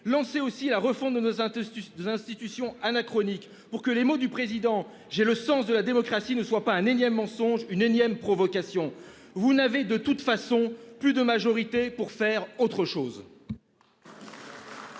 lancez aussi la refonte de nos institutions anachroniques pour que les mots du Président de la République- « J'ai le sens de la démocratie. » -ne soient pas un énième mensonge, une énième provocation. Vous n'avez de toute façon plus de majorité pour faire autre chose.